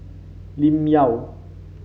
Lim Yau